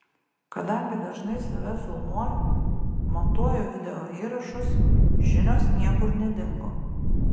kadangi dažnai save filmuoju montuoju videoįrašus žinios niekur nedingo